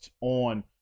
on